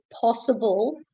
possible